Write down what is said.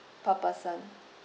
per person